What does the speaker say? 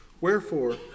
Wherefore